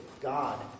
God